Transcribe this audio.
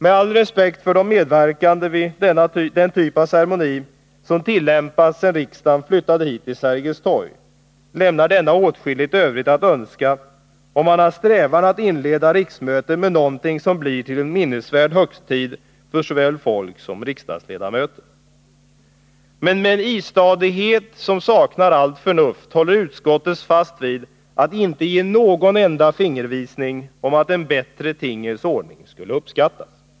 Med all respekt för de medverkande vid den typ av ceremoni som tillämpats sedan riksdagen flyttades hit till Sergels torg vill jag säga att den lämnar åtskilligt övrigt att önska, om man har strävan att inleda riksmötet med någonting som blir till en minnesvärd högtid för såväl folk som riksdagsledamöter. Men med en istadighet som saknar allt förnuft håller utskottet fast vid att inte ge någon enda fingervisning om att en bättre tingens ordning skulle uppskattas.